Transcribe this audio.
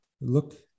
look